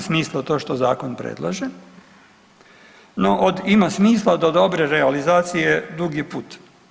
Ima smisla to što zakon predlaže, no od ima smisla do dobre realizacije dug je put.